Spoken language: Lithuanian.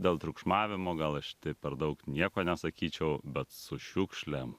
dėl triukšmavimo gal aš taip per daug nieko nesakyčiau bet su šiukšlėm